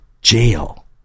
jail